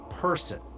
person